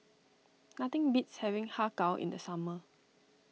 nothing beats having Har Kow in the summer